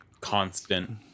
constant